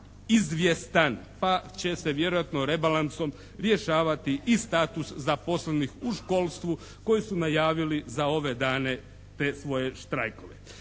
izvjestan pa će se vjerojatno rebalansom rješavati i status zaposlenih u školstvu koji su najavili za ove dane te svoje štrajkove.